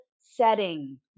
setting